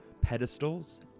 pedestals